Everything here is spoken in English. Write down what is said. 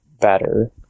better